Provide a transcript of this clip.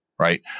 right